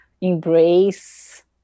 embrace